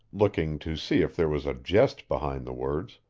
looking to see if there was a jest behind the words.